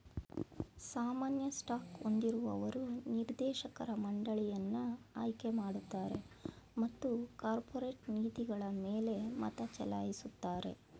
ಸಾಮಾನ್ಯ ಸ್ಟಾಕ್ ಹೊಂದಿರುವವರು ನಿರ್ದೇಶಕರ ಮಂಡಳಿಯನ್ನ ಆಯ್ಕೆಮಾಡುತ್ತಾರೆ ಮತ್ತು ಕಾರ್ಪೊರೇಟ್ ನೀತಿಗಳಮೇಲೆ ಮತಚಲಾಯಿಸುತ್ತಾರೆ